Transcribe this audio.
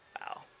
Wow